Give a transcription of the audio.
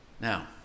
Now